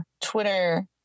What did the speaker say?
Twitter